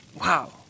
Wow